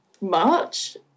March